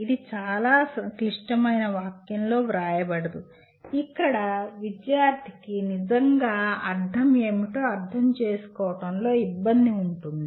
ఇది చాలా క్లిష్టమైన వాక్యంలో వ్రాయబడదు ఇక్కడ విద్యార్థికి నిజంగా అర్థం ఏమిటో అర్థం చేసుకోవడంలో ఇబ్బంది ఉంటుంది